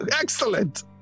Excellent